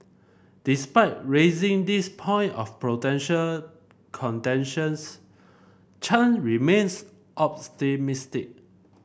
despite raising these point of potential contentions Chan remains